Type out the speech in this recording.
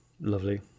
lovely